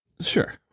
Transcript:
Sure